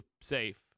safe